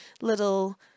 little